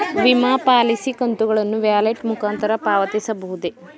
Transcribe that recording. ವಿಮಾ ಪಾಲಿಸಿ ಕಂತುಗಳನ್ನು ವ್ಯಾಲೆಟ್ ಮುಖಾಂತರ ಪಾವತಿಸಬಹುದೇ?